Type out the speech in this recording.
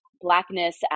Blackness